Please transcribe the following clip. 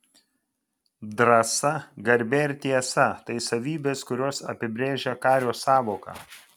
drąsa garbė ir tiesa tai savybės kurios apibrėžią kario sąvoką